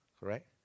right